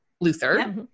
Luther